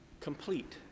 complete